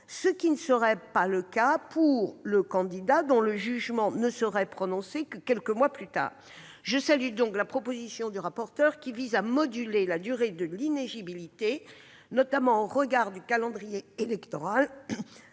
ce qui n'est pas le cas de celui dont le jugement ne sera prononcé que quelques mois plus tard. Je salue donc la proposition du rapporteur visant à moduler la durée de l'inéligibilité, notamment au regard du calendrier électoral,